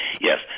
Yes